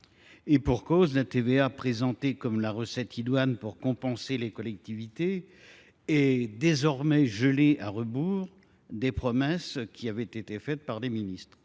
dernière taxe, présentée comme la recette idoine pour compenser les collectivités, est désormais gelée, à rebours des promesses qui avaient été faites par les ministres.